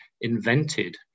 invented